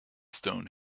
stone